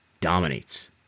dominates